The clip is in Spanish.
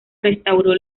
restauró